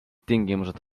tingimused